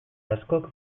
askok